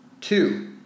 Two